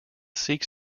seeks